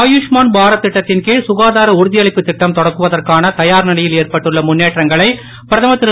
ஆயுஷ்மான் பாரத் திட்டத்தின்கீழ் சுகாதார உறுதியளிப்பு திட்டம் தொடக்குவதற்கான தயார்நிலையில் ஏற்பட்டுள்ள முன்னேற்றங்களை பிரதமர் திரு